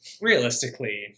realistically